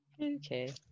Okay